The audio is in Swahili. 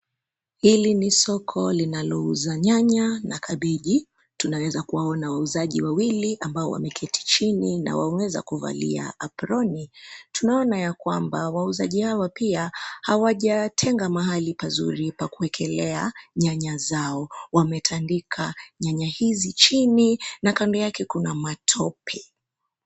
Hili ni soko linalouza nyanya na kabeji. Tunaweza kuwaona wauzaji wawili ambao wameketi chini na wameweza kuvalia aproni. Tunaona ya kwamba wauzaji hawa pia wauzaji hawa hawajatenga mahali pazuri pakuekelea nyanya zao. Wametandika nyanya hizi chini na kando yake kuna matope.